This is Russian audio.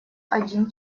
один